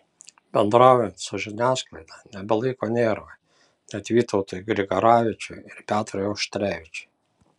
bendraujant su žiniasklaida nebelaiko nervai net vytautui grigaravičiui ir petrui auštrevičiui